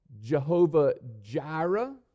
Jehovah-Jireh